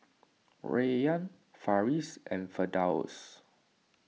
Rayyan Farish and Firdaus